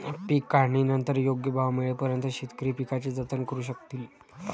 पीक काढणीनंतर योग्य भाव मिळेपर्यंत शेतकरी पिकाचे जतन करू शकतील